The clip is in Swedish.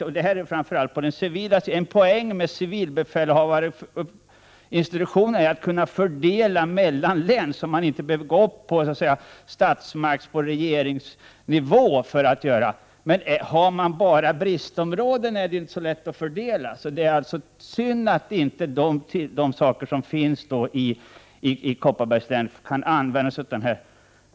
Och en poäng med civilbefälhavarinstitutionen är möjligheten att fördela mellan län, så att man inte behöver gå till regeringsnivå för att kunna göra en sådan fördelning. Men har man bara bristområden, är det inte så lätt att fördela. Det är alltså synd att inte de saker som finns i Kopparbergs län kan användas i dessa sammanhang.